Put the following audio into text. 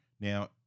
Now